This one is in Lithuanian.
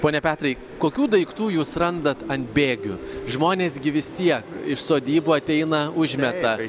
pone petrai kokių daiktų jūs randat ant bėgių žmonės gi vis tie iš sodybų ateina užmeta